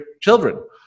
children